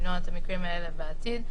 למנוע את המקרים האלה בעתיד.